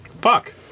Fuck